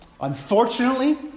Unfortunately